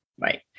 Right